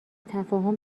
تفاهم